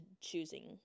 choosing